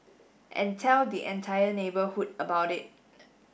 and tell the entire neighbourhood about it